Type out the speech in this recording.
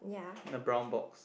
in a brown box